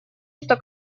что